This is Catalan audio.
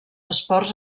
esports